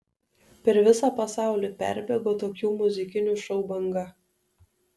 per visą pasaulį perbėgo tokių muzikinių šou banga